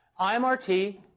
IMRT